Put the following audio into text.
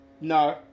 No